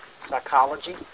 psychology